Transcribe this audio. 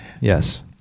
Yes